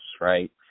right